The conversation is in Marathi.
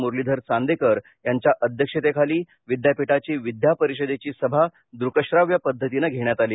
मुरलीधर चांदेकर यांच्या अध्यक्षतेखाली विद्यापीठाची विद्या परिषदेची सभा द्रकश्राव्य पद्धतीने घेण्यात आली